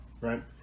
right